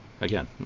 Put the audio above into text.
Again